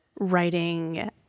writing